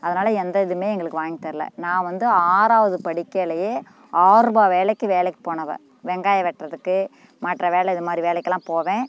அதனால எந்த இதுவுமே எங்களுக்கு வாங்கி தரல நான் வந்து ஆறாவது படிக்கையிலயே ஆறுரூபா வேலைக்கு வேலைக்கு போனவள் வெங்காயம் வெட்டுறதுக்கு மற்ற வேலை இது மாதிரி வேலைக்கெல்லாம் போவேன்